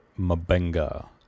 Mabenga